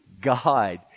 God